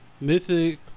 mythic